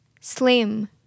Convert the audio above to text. Slim